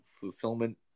fulfillment